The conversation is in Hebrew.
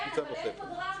כן, אבל אין פה דרמות.